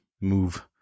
move